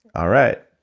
all right,